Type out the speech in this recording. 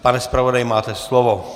Pane zpravodaji, máte slovo.